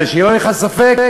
שלא יהיה לך ספק,